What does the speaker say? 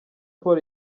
paul